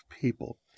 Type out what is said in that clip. people